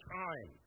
time